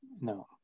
No